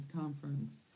conference